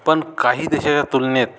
पण काही देशाच्या तुलनेत